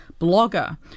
blogger